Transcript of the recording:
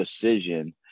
decision